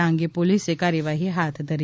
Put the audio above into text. આ અંગે પોલીસે કાર્યવાહી હાથ ધરી છે